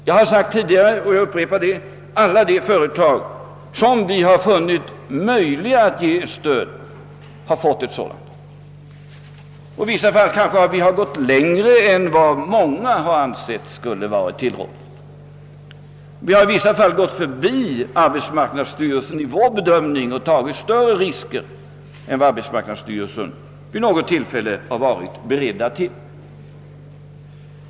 Jag upprepar vad jag sagt tidigare: Alla de företag som vi funnit möjligt att ge lokaliseringsstöd har fått det. Vi har varit beredda att ta relativt stora ekonomiska risker när det gällt att få en önskad lokaliseringseffekt.